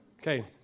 Okay